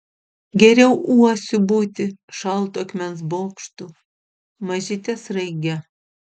geriau uosiu būti šaltu akmens bokštu mažyte sraige